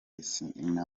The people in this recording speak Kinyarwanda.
nsina